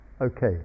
Okay